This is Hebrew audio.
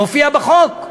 זה מופיע בחוק.